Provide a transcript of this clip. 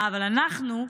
אבל אנחנו,